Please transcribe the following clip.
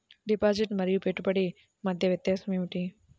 Deposit మరియు పెట్టుబడి మధ్య వ్యత్యాసం ఏమిటీ?